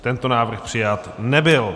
Tento návrh přijat nebyl.